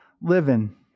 Living